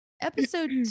episode